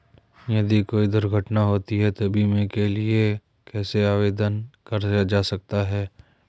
यदि कोई दुर्घटना होती है तो बीमे के लिए कैसे ऑनलाइन आवेदन किया जा सकता है?